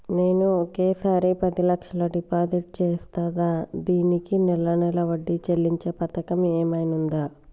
నేను ఒకేసారి పది లక్షలు డిపాజిట్ చేస్తా దీనికి నెల నెల వడ్డీ చెల్లించే పథకం ఏమైనుందా?